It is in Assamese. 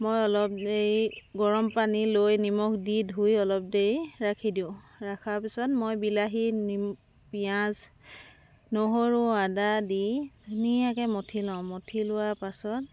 মই অলপ এই গৰম পানী লৈ নিমখ দি ধুই অলপ দেৰি ৰাখি দিওঁ ৰখাৰ পিছত মই বিলাহী পিঁয়াজ নহৰু আদা দি ধুনীয়াকৈ মঠি লওঁ মঠি লোৱাৰ পাছত